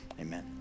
amen